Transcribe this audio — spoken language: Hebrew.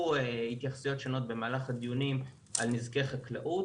התייחסויות שונות במהלך הדיונים על נזקי חקלאות,